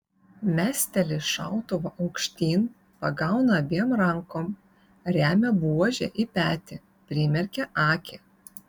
mesteli šautuvą aukštyn pagauna abiem rankom remia buožę į petį primerkia akį